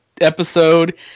episode –